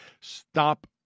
Stop